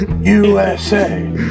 USA